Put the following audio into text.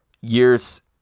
years